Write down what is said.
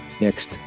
next